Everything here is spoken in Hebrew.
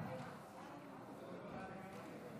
(קוראת בשמות חברי הכנסת)